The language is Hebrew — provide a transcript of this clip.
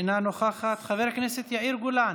אינה נוכחת, חבר הכנסת יאיר גולן,